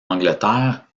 angleterre